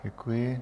Děkuji.